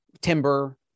timber